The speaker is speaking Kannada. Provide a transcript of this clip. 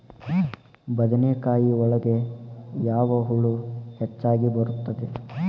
ಬದನೆಕಾಯಿ ಒಳಗೆ ಯಾವ ಹುಳ ಹೆಚ್ಚಾಗಿ ಬರುತ್ತದೆ?